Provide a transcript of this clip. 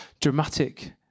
dramatic